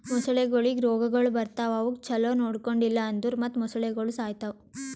ಮೊಸಳೆಗೊಳಿಗ್ ರೋಗಗೊಳ್ ಬರ್ತಾವ್ ಅವುಕ್ ಛಲೋ ನೊಡ್ಕೊಂಡಿಲ್ ಅಂದುರ್ ಮತ್ತ್ ಮೊಸಳೆಗೋಳು ಸಾಯಿತಾವ್